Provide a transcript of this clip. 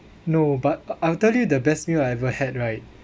no but I'll tell you the best meal I ever had right